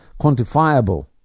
quantifiable